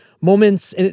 moments